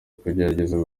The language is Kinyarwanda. kugerageza